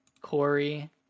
Corey